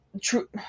true